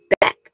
back